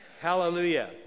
Hallelujah